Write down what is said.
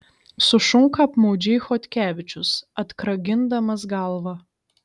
sušunka apmaudžiai chodkevičius atkragindamas galvą